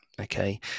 okay